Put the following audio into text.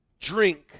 drink